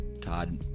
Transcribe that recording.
Todd